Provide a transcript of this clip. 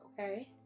Okay